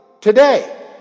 today